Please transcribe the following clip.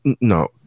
no